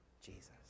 Jesus